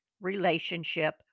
relationship